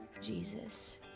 Jesus